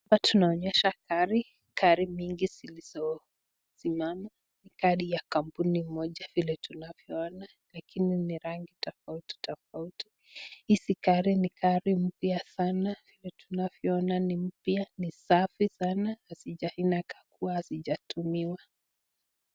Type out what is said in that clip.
Hapa tunaona gari mingi inayosimama. Ni gari ya kampuni moja lakini ni rangi tofauti tofauti. Hizi gari ni mpya sana na ni safi sana inakaa kuwa haijatumiwa.